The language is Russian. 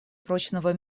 прочного